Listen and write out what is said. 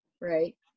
Right